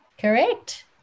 correct